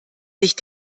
sich